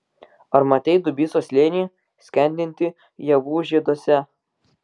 ar matei dubysos slėnį skendintį ievų žieduose